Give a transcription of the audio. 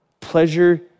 pleasure